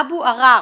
'אבו עראר',